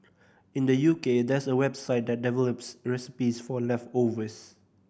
in the U K there's a website that develops recipes for leftovers